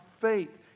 faith